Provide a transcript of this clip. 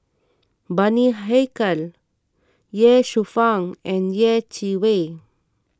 Bani Haykal Ye Shufang and Yeh Chi Wei